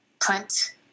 print